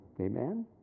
Amen